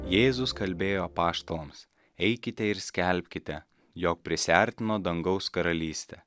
jėzus kalbėjo apaštalams eikite ir skelbkite jog prisiartino dangaus karalystė